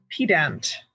pedant